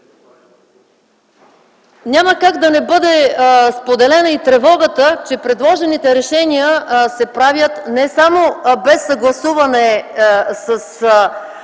Няма как да не бъде споделена и тревогата, че предложените решения се правят не само без съгласуване с